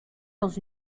dans